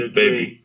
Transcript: baby